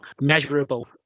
measurable